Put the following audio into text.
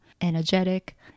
energetic